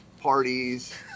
parties